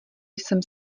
jsem